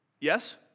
Yes